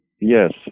Yes